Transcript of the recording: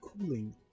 cooling